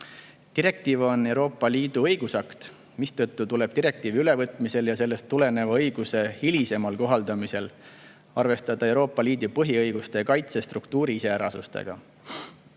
Direktiiv on Euroopa Liidu õigusakt, mistõttu tuleb direktiivi ülevõtmisel ja sellest tuleneva õiguse hilisemal kohaldamisel arvestada Euroopa Liidu põhiõiguste kaitse struktuuri iseärasustega.